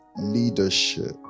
leadership